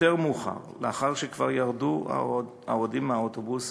יותר מאוחר, לאחר שכבר ירדו האוהדים מהאוטובוס,